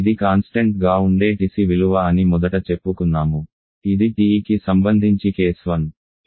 ఇది కాన్స్టెంట్ గా ఉండే TC విలువ అని మొదట చెప్పుకున్నాము ఇది TE కి సంబంధించి కేస్ 1